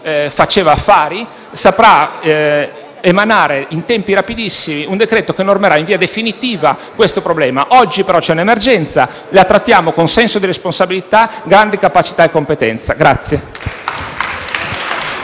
faceva affari, saprà emanare in tempi rapidissimi un decreto che normerà in via definitiva questo problema. Oggi, però, c’è un’emergenza, che trattiamo con senso di responsabilità, grande capacità e competenza